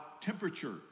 temperature